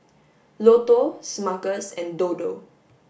Lotto Smuckers and Dodo